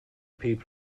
people